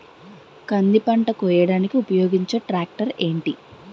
కంది పంట కోయడానికి ఉపయోగించే ట్రాక్టర్ ఏంటి?